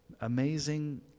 Amazing